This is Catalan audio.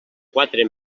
quatre